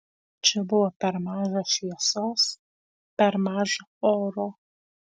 čia buvo per maža šviesos per maža oro